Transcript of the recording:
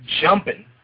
jumping